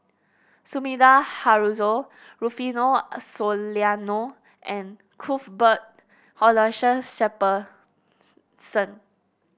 Sumida Haruzo Rufino Soliano and Cuthbert Aloysius Shepherdson